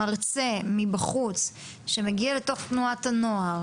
מרצה מבחוץ מגיע לתנועת הנוער